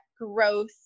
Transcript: growth